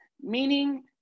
Meaning